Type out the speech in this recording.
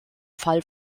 fall